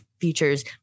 features